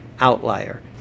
outlier